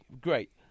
great